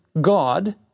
God